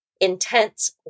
intense